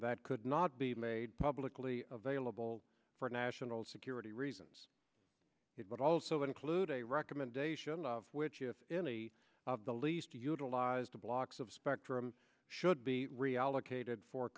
that could not be made publicly available for nationals security reasons it would also include a recommendation of which if any of the least utilized blocks of spectrum should be reallocated for